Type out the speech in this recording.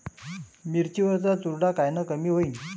मिरची वरचा चुरडा कायनं कमी होईन?